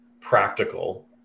practical